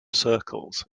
circles